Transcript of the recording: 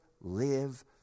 live